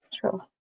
true